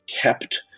kept